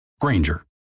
Granger